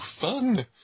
fun